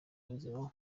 bazima